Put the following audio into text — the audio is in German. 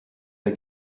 der